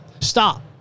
stop